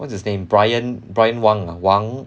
what's his name bryan bryan wang ah 王